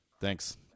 Thanks